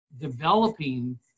developing